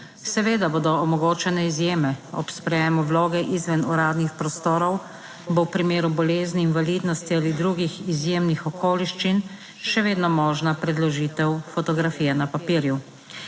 Seveda bodo omogočene izjeme. Ob sprejemu vloge izven uradnih prostorov bo v primeru bolezni, invalidnosti ali drugih izjemnih okoliščin še vedno možna predložitev fotografije na papirju.